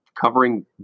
Covering